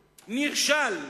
נכשל,